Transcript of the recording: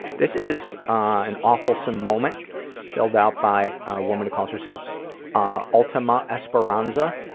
this is an awfulsome moment filled out by a woman who calls herself ah ultima esperonsa